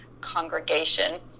congregation